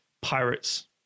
Pirates